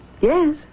Yes